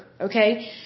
Okay